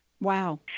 Wow